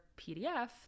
PDF